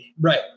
right